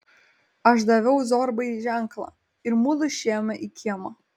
aš daviau zorbai ženklą ir mudu išėjome į kiemą